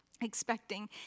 expecting